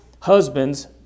husbands